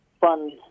fund